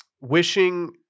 Wishing